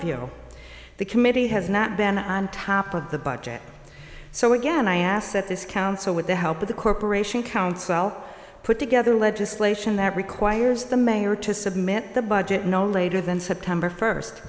the committee has not been on top of the budget so again i ask that this council with the help of the corporation council put together legislation that requires the mayor to submit the budget no later than september first